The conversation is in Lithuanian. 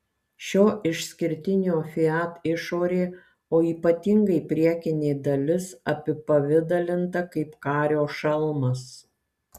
šio išskirtinio fiat išorė o ypatingai priekinė dalis apipavidalinta kaip kario šalmas